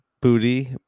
Booty